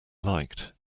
liked